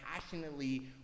passionately